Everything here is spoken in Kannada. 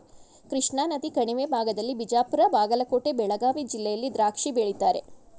ಕೃಷ್ಣಾನದಿ ಕಣಿವೆ ಭಾಗದಲ್ಲಿ ಬಿಜಾಪುರ ಬಾಗಲಕೋಟೆ ಬೆಳಗಾವಿ ಜಿಲ್ಲೆಯಲ್ಲಿ ದ್ರಾಕ್ಷಿ ಬೆಳೀತಾರೆ